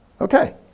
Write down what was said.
Okay